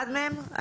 אחד מהם?